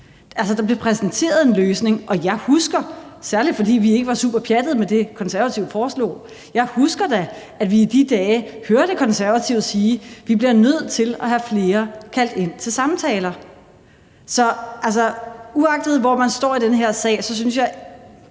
der blev præsenteret en løsning, og særlig fordi vi ikke var super pjattede med det, Konservative foreslog, husker jeg da, at vi i de dage hørte Konservative sige: Vi bliver nødt til at have flere kaldt ind til samtaler. Uagtet hvor man står i den her sag, synes jeg